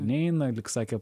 neina lyg sakė